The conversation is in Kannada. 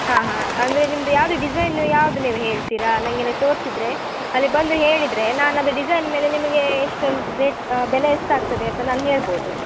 ಹಾಂ ಹಾಂ ಅಂದರೆ ನಿಮ್ದು ಯಾವುದು ಡಿಸೈನು ಯಾವುದು ನೀವು ಹೇಳ್ತೀರ ನನ್ಗೆ ನೀವು ತೋರಿಸಿದ್ರೆ ಅಲ್ಲಿಗೆ ಬಂದು ಹೇಳಿದರೆ ನಾನು ಅದು ಡಿಸೈನ್ ಮೇಲೆ ನಿಮಗೆ ಎಷ್ಟು ರೇಟ್ ಬೆಲೆ ಎಷ್ಟಾಗ್ತದೆ ಅಂತ ನಾನು ಹೇಳ್ಬೋದು